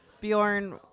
Bjorn